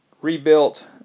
rebuilt